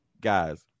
guys